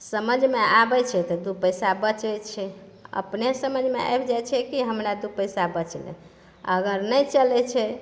समझमे आबैत छै तऽ दू पैसा बचैत छै अपने समझमे आबि जाइत छै कि हमरा दू पैसा बचलै अगर नहि चलैत छै